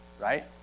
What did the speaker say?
right